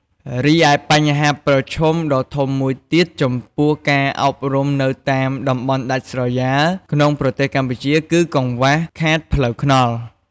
រីឯបញ្ហាប្រឈមដ៏ធំមួយទៀតចំពោះការអប់រំនៅតាមតំបន់ដាច់ស្រយាលក្នុងប្រទេសកម្ពុជា គឺកង្វះខាតផ្លូវថ្នល់។